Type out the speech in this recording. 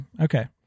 okay